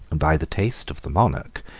by the taste of the monarch,